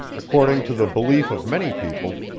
according to the belief of many people,